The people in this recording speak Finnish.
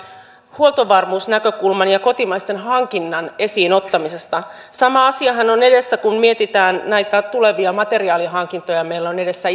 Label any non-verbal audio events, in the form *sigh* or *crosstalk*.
huoltovarmuusnäkökulman ja kotimaisten hankintojen esiin ottamisesta sama asiahan on edessä kun mietitään näitä tulevia materiaalihankintoja meillä on edessä *unintelligible*